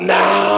now